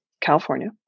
California